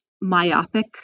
myopic